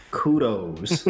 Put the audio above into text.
kudos